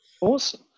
Awesome